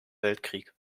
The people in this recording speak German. weltkrieg